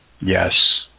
Yes